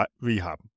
rehab